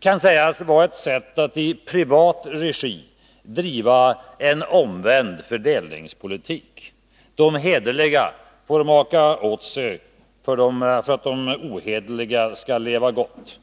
kan sägas vara ett sätt att i privat regi driva en omvänd fördelningspolitik. De hederliga får maka åt sig för att de ohederliga skall leva gott.